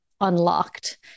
unlocked